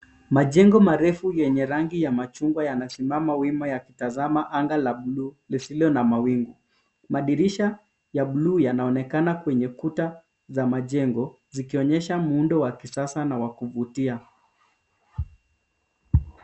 Majengo marefu yenye rangi ya machungwa yanasimama wima yakitazama anga la bluu lisilo na mawingu. Madirisha ya bluu yanaonekana kwenye kuta za majengo zikionyesha muundo wa kisasa na wa kuvutia.